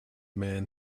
man